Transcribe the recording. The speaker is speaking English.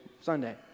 Sunday